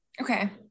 Okay